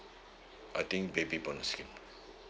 I think baby bonus scheme